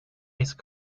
ice